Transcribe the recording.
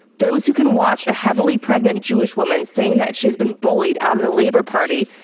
those who can watch a heavily pregnant jewish woman saying that she has been bullied out of the labour party,